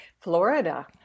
Florida